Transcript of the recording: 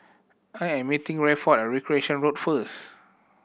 I am meeting Rayford at Recreation Road first